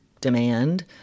demand